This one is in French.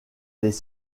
les